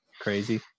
crazy